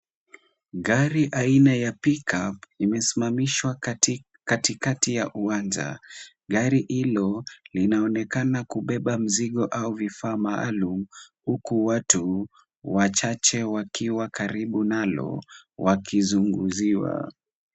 Gari aina ya Pick-up imesimamishwa katikati ya uwanja. Gari hilo linaonekana kubeba mzigo au vifaa maalum, huku watu wachache wakiwa karibu nalo wakizungumziwa.